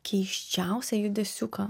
keisčiausią judesiuką